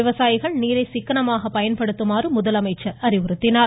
விவசாயிகள் நீரை சிக்கனமாக பயன்படுத்த அவர் அறிவுறுத்தினார்